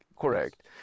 correct